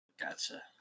Gotcha